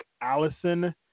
allison